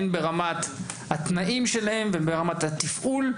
הן ברמת התנאים שלהם והן ברמת התפעול.